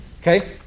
Okay